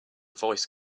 voice